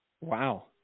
Wow